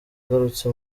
agarutse